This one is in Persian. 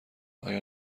آیا